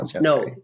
No